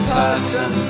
person